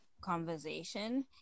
conversation